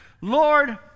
Lord